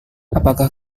apakah